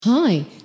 Hi